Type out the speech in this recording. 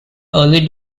early